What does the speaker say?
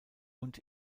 und